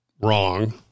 wrong